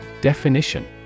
Definition